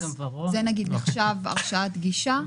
זה נחשב הרשאת גישה?